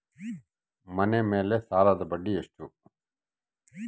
ಮನೆ ಮೇಲೆ ಸಾಲದ ಬಡ್ಡಿ ಎಷ್ಟು?